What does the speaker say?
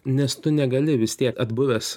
nes tu negali vis tiek atbuvęs